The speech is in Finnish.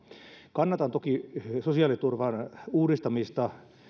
kannatan toki sosiaaliturvan uudistamista